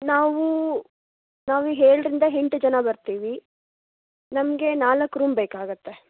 ನಾವು ನಾವು ಏಳರಿಂದ ಎಂಟು ಜನ ಬರ್ತೀವಿ ನಮಗೆ ನಾಲ್ಕು ರೂಮ್ ಬೇಕಾಗುತ್ತೆ